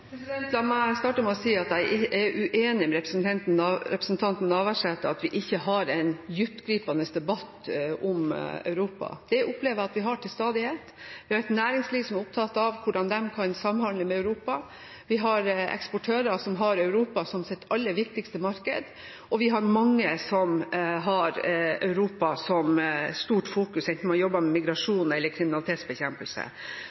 med å si at jeg er uenig med representanten Navarsete i at vi ikke har en dyptgripende debatt om Europa. Det opplever jeg at vi har til stadighet. Vi har et næringsliv som er opptatt av hvordan de kan samhandle med Europa. Vi har eksportører som har Europa som sitt aller viktigste marked, og vi har mange som har Europa sterkt i fokus, enten de arbeider med